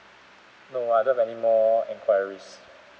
no I don't have any more enquiries